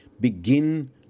begin